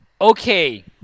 okay